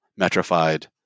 metrified